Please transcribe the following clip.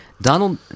Donald